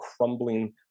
crumbling